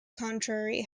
contrary